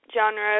genre